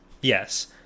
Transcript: Yes